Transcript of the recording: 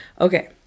Okay